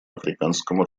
африканском